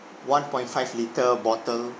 one point five litre bottle